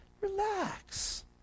relax